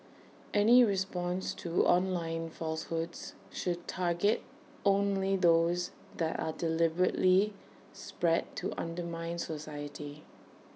any response to online falsehoods should target only those that are deliberately spread to undermine society